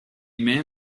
man